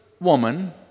woman